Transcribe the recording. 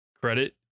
credit